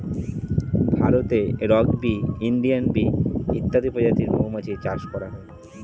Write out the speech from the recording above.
ভারতে rock bee, Indian bee ইত্যাদি প্রজাতির মৌমাছি চাষ করা হয়